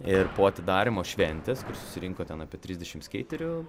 ir po atidarymo šventės susirinko ten apie trisdešimt skeiterių